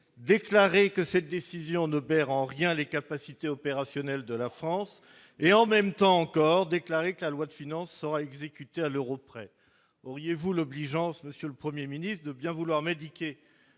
déclaré que cette décision ne perd en rien les capacités opérationnelles de la France, et en même temps, a encore déclaré que la loi de finances sera exécuté à l'Euro près : auriez-vous l'obligeance Monsieur le 1er ministre de bien vouloir m'indiquer